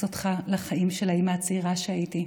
אותך לחיים של האימא הצעירה שהייתי.